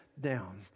down